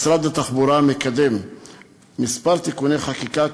משרד התחבורה מקדם כמה תיקוני חקיקה,